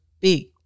Big